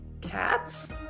cats